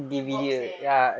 box seh